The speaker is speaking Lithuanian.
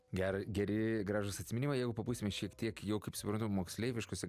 gera geri gražūs atsiminimai jeigu pabūsime šiek tiek jau kaip suprantu moksleiviškuose